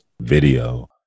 video